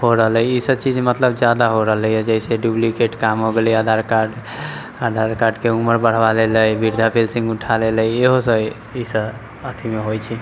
हो रहलै हँ ई सभ चीज मतलब जादा हो रहलै हँ जइसे डुप्लीकेट काम हो गेलै आधार कार्ड आधार कार्डके उमर बढ़बा लेलै वृद्धा पेंशन उठा लेलै इहो सभ हइ ई सभ अथिमे होइत छै